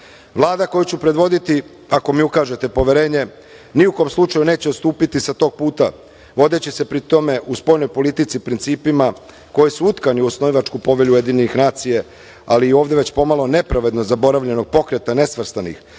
koju ću predvoditi, ako mi ukažete poverenje, ni u kom slučaju neće odstupati sa tog puta, vodeći se pri tome u spoljnoj politici principima koji su utkani u osnivačku Povelju Ujedinjenih nacija, ali i ovde pomalo nepravedno zaboravljenog Pokreta nesvrstanih,